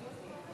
כבוד היושבת-ראש,